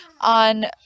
on